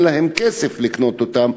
שאין להם כסף לקנות אותם,